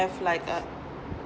have like a